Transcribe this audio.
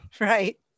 Right